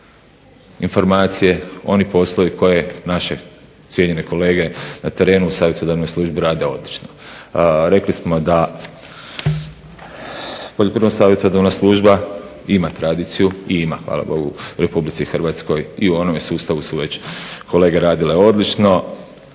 informacije, oni poslovi koji naše cijenjene kolege na terenu u savjetodavnoj službi rade odlično. Rekli smo da Poljoprivredno savjetodavna služba ima tradiciju i ima hvala Bogu u RH i u onome sustavu su već kolege radile odlično,